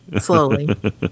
Slowly